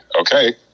okay